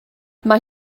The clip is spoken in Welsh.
mae